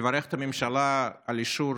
לברך את הממשלה על אישור